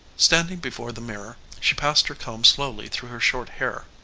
standing before the mirror she passed her comb slowly through her short hair.